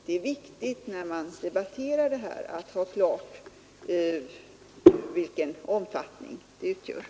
Det är viktigt att man har klart för sig dessa siffror när man debatterar den här frågan.